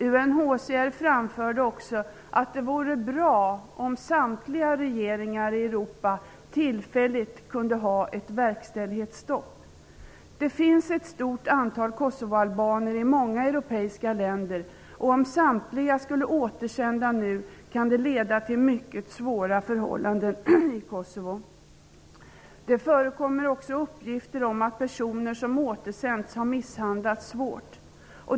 UNHCR:s representant framhöll att det vore bra om samtliga regeringar i Europa tillfälligt kunde ha ett verkställighetsstopp. Det finns ett stort antal kosovoalbaner i många europeiska länder, och om samtliga nu skulle återsändas, kunde det leda till mycket svåra förhållanden i Kosovo. Det förekommer också uppgifter om att personer som återsänts har misshandlats svårt.